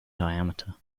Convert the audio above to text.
diameter